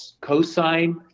Cosine